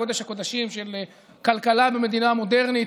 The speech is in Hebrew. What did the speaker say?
קודש-הקודשים של כלכלה במדינה מודרנית,